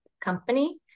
company